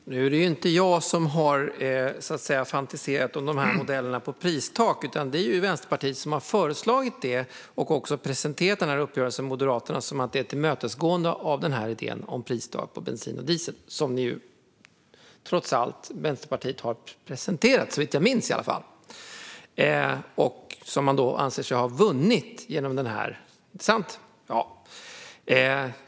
Herr talman! Det är inte jag som har fantiserat om modellerna på pristak, utan det är Vänsterpartiet som har föreslagit det. Man har också presenterat uppgörelsen med Moderaterna som ett tillmötesgående av idén om pristak på bensin och diesel, som Vänsterpartiet trots allt i alla fall såvitt jag minns har presenterat. Man anser sig alltså ha vunnit genom det här. Inte sant, Ali Esbati?